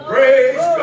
Praise